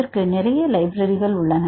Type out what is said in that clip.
அதற்கு நிறைய லைப்ரரிகள் உள்ளன